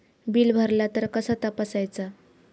Bill भरला तर कसा तपसायचा?